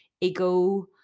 ego